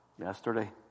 yesterday